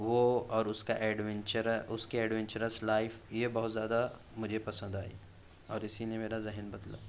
وہ اور اس کا ایڈونچر اس کی ایڈونچرس لائف یہ بہت زیادہ مجھے پسند آئی اور اسی نے میرا ذہن بدلا